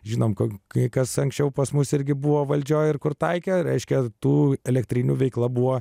žinome kad kai kas anksčiau pas mus irgi buvo valdžioje ir kur tai ką reiškia tų elektrinių veikla buvo